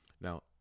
Now